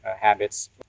habits